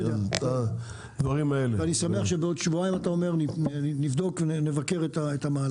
אני שמח שאתה אומר שבעוד שבועיים נבדוק ונבקר את המהלך.